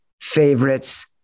favorites